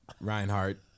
Reinhardt